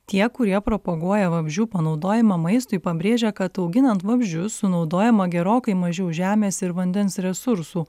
tie kurie propaguoja vabzdžių panaudojimą maistui pabrėžia kad auginant vabzdžius sunaudojama gerokai mažiau žemės ir vandens resursų